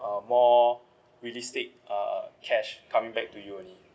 uh more realistic uh cash coming back to you only